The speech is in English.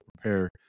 prepare